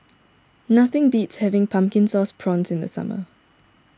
nothing beats having Pumpkin Sauce Prawns in the summer